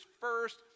first